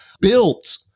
built